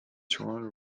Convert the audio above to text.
toronto